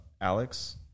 Alex